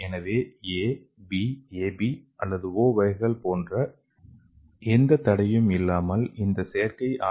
எனவே A B AB அல்லது O வகைகள் போன்ற எந்த தடையும் இல்லாமல் இந்த செயற்கை ஆர்